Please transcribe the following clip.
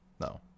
no